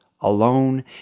alone